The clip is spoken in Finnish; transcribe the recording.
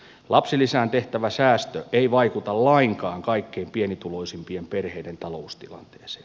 lapsilisään tehtävä säästö ei vaikuta lainkaan kaikkein pienituloisimpien perheiden taloustilanteeseen